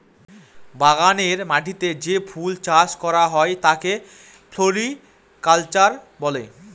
বাগানের মাটিতে যে ফুল চাষ করা হয় তাকে ফ্লোরিকালচার বলে